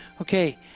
Okay